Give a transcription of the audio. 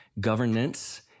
Governance